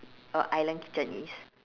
a island kitchen is